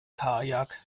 kajak